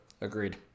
Agreed